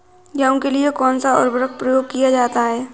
गेहूँ के लिए कौनसा उर्वरक प्रयोग किया जाता है?